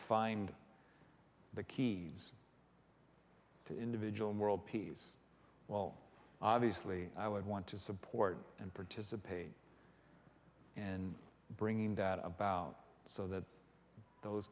find the keys to individual world peace well obviously i would want to support and participate in bringing that about so that those